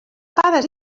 pares